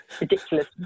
ridiculous